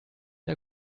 der